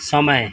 समय